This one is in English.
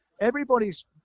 everybody's